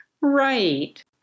Right